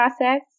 process